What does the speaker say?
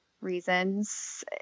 reasons